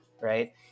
right